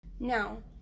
Now